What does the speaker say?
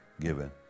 given